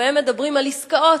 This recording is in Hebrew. שבהם מדברים על עסקאות,